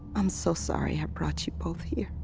i'm so sorry i brought you both here.